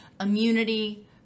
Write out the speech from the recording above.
Immunity